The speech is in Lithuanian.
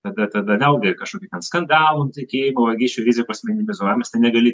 tada tada vėlgi kažkokių ten skandalų nutekėjimo vagysčių rizikos minimizuojamos tai negali